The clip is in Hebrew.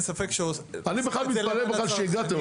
אין ספק --- אני בכלל מתפלא בכלל שהגעתם,